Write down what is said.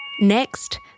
Next